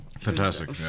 Fantastic